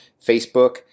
Facebook